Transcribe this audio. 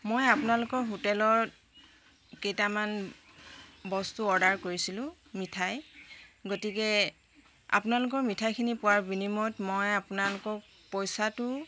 মই আপোনালোকৰ হোটেলত কেইটামান বস্তু অৰ্ডাৰ কৰিছিলোঁ মিঠাই গতিকে আপোনালোকৰ মিঠাইখিনি পোৱাৰ বিনিময়ত মই আপোনালোকক পইচাটো